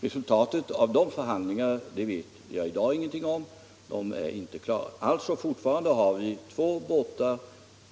Resultatet av de förhandlingarna vet jag i dag ingenting om; de är inte klara ännu. Fortfarande har vi två båtar